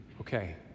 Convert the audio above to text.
Okay